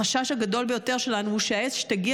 החשש הגדול ביותר שלנו הוא שהאש תגיע